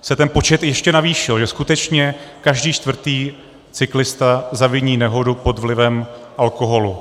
se ten počet ještě navýšil, že skutečně každý čtvrtý cyklista zaviní nehodu pod vlivem alkoholu.